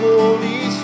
Holy